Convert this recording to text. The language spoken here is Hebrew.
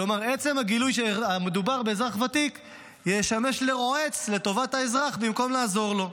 כלומר עצם הגילוי שמדובר באזרח ותיק יהיה לרועץ לאזרח במקום לעזור לו.